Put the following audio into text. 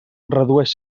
redueix